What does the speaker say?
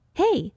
hey